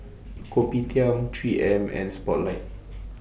Kopitiam three M and Spotlight